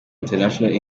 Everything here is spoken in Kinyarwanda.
international